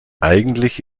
eigentlich